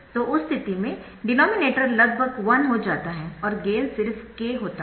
तो उस स्थिति में डिनोमिनेटर लगभग 1 हो जाता है और गेन सिर्फ k होता है